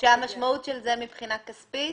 המשמעת של זה מבחינה כספית?